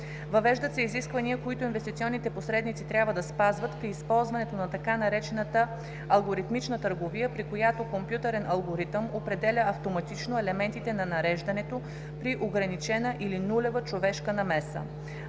Въвеждат се изисквания, които инвестиционните посредници трябва да спазват при използването на така наречената „алгоритмична търговия“, при която компютърен алгоритъм определя автоматично елементите на нареждането при ограничена или нулева човешка намеса;